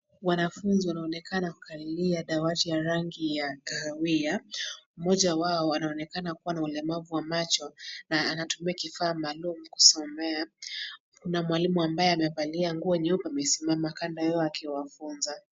Wanafunzi wanaonekana kukalia dawati ya rangi ya kahawia . Mmoja wao anaonekana kuwa na ulemavu wa macho na anatumia kifaa maalum kusomea. Kuna mwalimu ambaye amevalia nguo nyeupe amesimama kando yao akiwafunza.